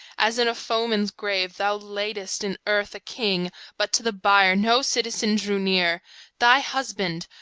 as in a foeman's grave thou laid'st in earth a king, but to the bier no citizen drew near thy husband,